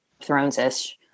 Thrones-ish